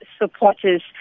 supporters